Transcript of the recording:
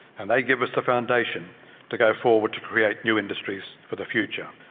and they give us the foundation to go forward to create new industries for the future.